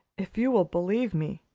if you will believe me,